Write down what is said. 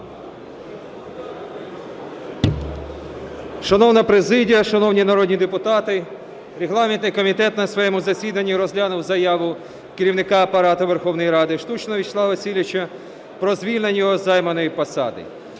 Шановна президія, шановні народні депутати, регламентний комітет на своєму засіданні розглянув заяву Керівника Апарату Верховної Ради Штучного Вячеслава Васильовича про звільнення його із займаної посади.